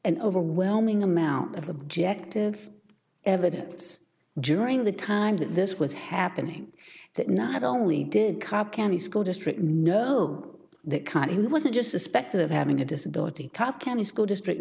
an overwhelming amount of objective evidence during the time that this was happening that not only did cobb county school district know the kind who wasn't just suspected of having a disability cut county school district